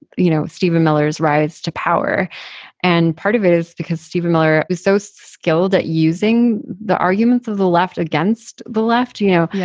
you know, stephen miller's rise to power and part of it is because steven miller is so skilled at using the arguments of the left against the left, you know, yeah